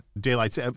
Daylight